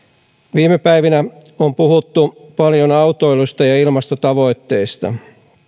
viime päivinä on puhuttu paljon autoilusta ja ilmastotavoitteista